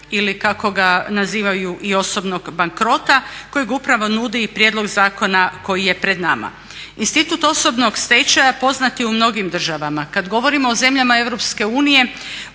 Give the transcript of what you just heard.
ili kako ga nazivaju i osobnog bankrota kojeg upravo nudi i prijedlog zakona koji je pred nama. Institut osobnog stečaja poznat je u mnogim državama. Kada govorimo o zemljama